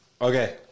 Okay